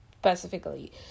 specifically